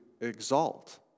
exalt